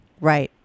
right